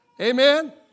Amen